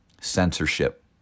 censorship